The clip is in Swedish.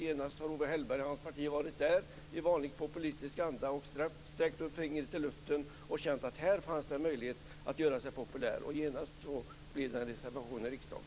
Genast har Owe Hellberg och hans parti varit där i vanlig populistisk anda, sträckt upp fingret i luften och känt att här fanns det möjligheter att göra sig populär. Det har genast lett till en reservation i riksdagen.